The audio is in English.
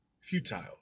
Futile